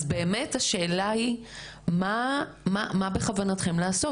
אז באמת השאלה היא מה בכוונתכם לעשות,